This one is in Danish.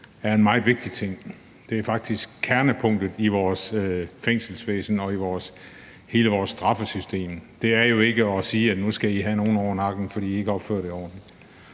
er en meget vigtig ting. Det er faktisk kernepunktet i vores fængselsvæsen og i hele vores straffesystem. Det er jo ikke at sige, at nu skal I have nogen over nakken, fordi I ikke opførte jer ordentligt.